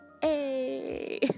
Hey